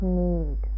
need